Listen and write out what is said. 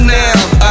now